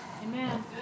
Amen